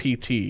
PT